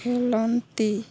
ଖେଲନ୍ତି